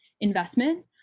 investment